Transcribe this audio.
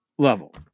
level